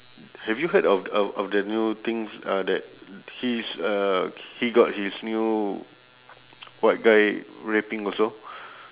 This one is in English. have you heard of of of the new things uh that his uh he got his new white guy rapping also